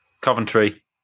Coventry